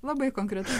labai konkretu